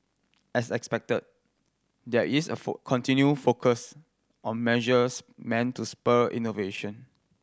as expected there is a continued focus on measures meant to spur innovation